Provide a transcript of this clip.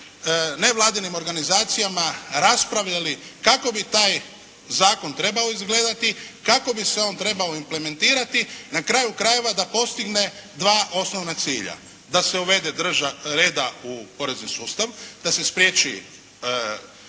nevladinim organizacijama raspravljali kako bi taj zakon trebao izgledati, kako bi se on trebao implementirati, na kraju krajeva, da postigne dva osnovna cilja: da se uvede reda u porezni sustav, da se spriječi